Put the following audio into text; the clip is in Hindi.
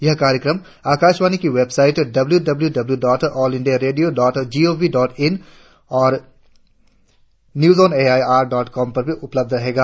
यह कार्यक्रम आकाशवाणी की website W W W dot all India radio dot G O V dot I N तथा news on AIR dot com पर भी उपलब्ध रहेगा